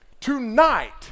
tonight